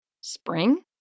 Spring